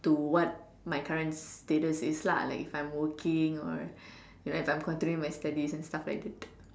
to what my current status is lah like if I'm working or if I'm continuing my studies and stuff like that